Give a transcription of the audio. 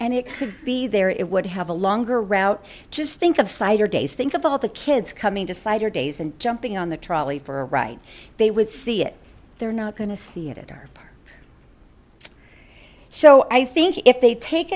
and it would be there it would have a longer route just think of cider days think of all the kids coming to site or days and jumping on the trolley for a right they would see it they're not going to see it or so i think if they take